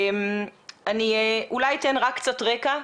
אני אולי אתן רק קצת רקע.